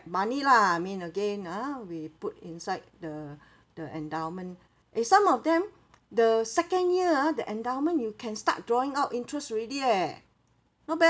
money lah I mean again ah we put inside the the endowment eh some of them the second year ah the endowment you can start drawing out interest already leh not bad